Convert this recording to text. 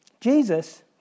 Jesus